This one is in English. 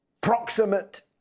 proximate